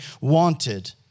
wanted